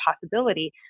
possibility